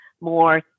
more